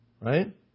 right